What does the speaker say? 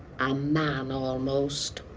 a man almost.